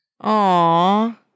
Aw